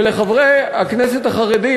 ולחברי הכנסת החרדים,